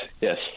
Yes